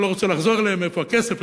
ואני לא רוצה לחזור עליהם: איפה הכסף?